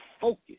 focus